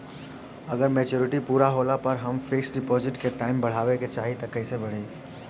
अगर मेचूरिटि पूरा होला पर हम फिक्स डिपॉज़िट के टाइम बढ़ावे के चाहिए त कैसे बढ़ी?